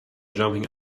jumping